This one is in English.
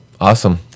Awesome